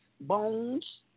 bones